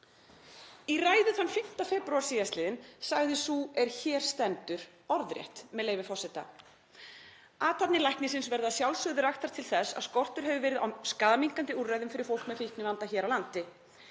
Í ræðu þann 5. febrúar síðastliðinn sagði sú er hér stendur orðrétt, með leyfi forseta: „Athafnir læknisins verða að sjálfsögðu raktar til þess að skortur hefur verið á skaðaminnkandi úrræðum fyrir fólk með fíknivanda hér á landi.